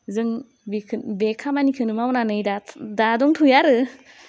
जों बिखो बे खामानिखौनो मावनानै दा दा दंथ'यो आरो